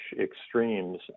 extremes